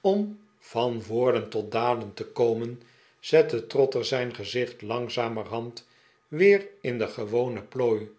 om van woorden tot daden te komen zette trotter zijn gezicht langzamerhand weer in de gewone plooi